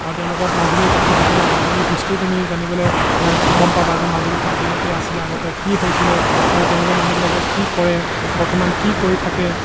আৰু তেওঁলোকত মাজুলীৰ কথা পাতিলা মাজুলীৰ হিষ্ট্ৰী তুমি জানিবলৈ গম পাবা যে মাজুলীখন কেনেকৈ আছিলে আগতে কি হৈছিলে তাৰপৰা তেওঁলোকে মানুহবিলাকে কি কৰে বৰ্তমান কি কৰি থাকে